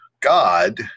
God